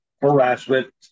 harassment